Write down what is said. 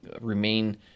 remain